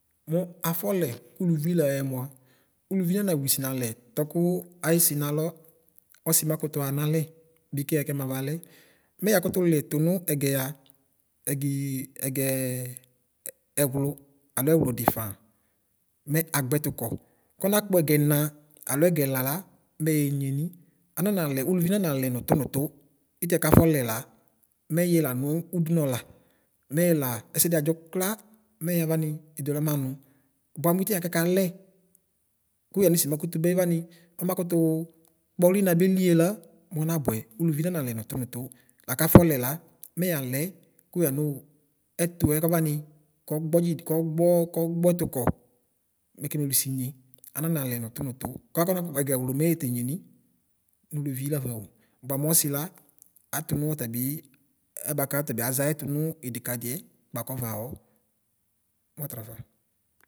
Mʋ afɔ lɛ ʋlʋvi layɛ mʋa ʋlʋvi nane wlisɩ nalɛ tɔkʋ ayɩsi nalɔ osi makʋtʋ xamalɛ bikʋ yɛ kɛmaba lɛ mɛ yakʋtʋ lɛ fʋnʋ ɛgɛya ɛgʋ ɛgɛɛ ɛwlʋ alo ɛwlʋdɩ faa mɛ agbɛtʋ kɔ kɔnakpɛgɛ ɛga alo ɛgɛ ɛla la mɛyɛ enyenɩ ananalɛ ʋlʋʋɩ nanalɛ nʋtʋ nʋtʋ itɩɛ kafɔlɛ la mɛyɛ lanʋ ʋdʋnʋ ɔla mɛya la ɛsɛdɩ adʒɔ kla mɛ yɛavam edola manʋ bʋa mʋ ɩtɩɛ kɛkalɛ kɔ yamɩsɩ makʋtʋ bevani ɔmakʋtʋ kpɔ hlina belɩye la mɔnabʋɛ olʋɩr nanalɛ nʋtʋ nʋtʋ lakafɔlɛ la mɛyalɛ kʋyanʋ ɛtʋ kɔvani kɔgbodzi kɔbgɔ kɔgbɔɛtukɔ mekeme wlisɩ nye ananalɛ nʋtʋ nʋtʋ kaka kɔnakpɔ mʋ ɛgɛwlo mɛyɛtɛ eneye nɩ ulʋɩr lafao bʋa mʋ ɔsɩla atʋnʋ ɔtabɩ ɛ alɛ bʋakʋ ɔtabɩ aʒa ayɛtʋ nv ɩdikadiɛ kpaa kɔvawɔ mɔtrafa.